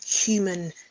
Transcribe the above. human